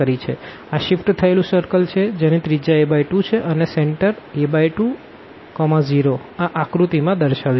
આ શિફ્ટ થયેલું સર્કલ છે જેની રેડીઅસ a2 છે અને સેન્ટર a20 આ આકૃતિ માં દર્શાવ્યું છે